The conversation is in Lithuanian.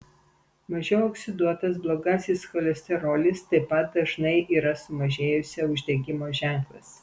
mažiau oksiduotas blogasis cholesterolis taip pat dažnai yra sumažėjusio uždegimo ženklas